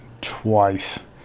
twice